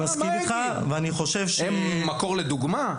הם מקור לדוגמה?